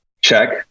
Check